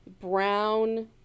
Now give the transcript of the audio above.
brown